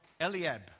Eliab